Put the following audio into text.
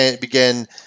began